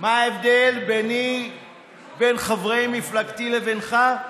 מה ההבדל בין חברי מפלגתי לבינך?